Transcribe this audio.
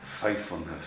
faithfulness